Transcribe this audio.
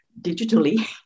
digitally